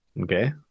Okay